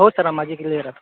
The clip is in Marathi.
हो सर माझी